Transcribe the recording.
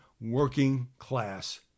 working-class